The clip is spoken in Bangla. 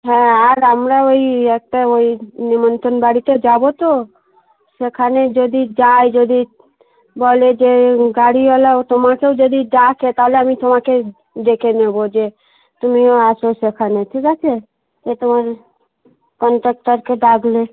হ্যাঁ আর আমরা ওই একটা ওই নিমন্ত্রণ বাড়িতে যাব তো সেখানে যদি যাই যদি বলে যে গাড়িওয়ালাও তোমাকেও যদি ডাকে তাহলে আমি তোমাকে ডেকে নেব যে তুমিও এসো সেখানে ঠিক আছে যে তোমার কন্ডাক্টারকে ডাকলে